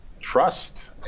trust